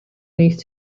nicht